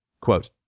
Quote